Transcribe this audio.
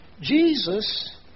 Jesus